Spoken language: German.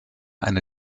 eine